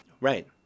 Right